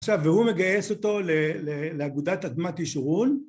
עכשיו, והוא מגייס אותו לאגודת אדמת ישורון.